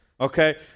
Okay